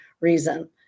reason